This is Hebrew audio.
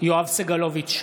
יואב סגלוביץ'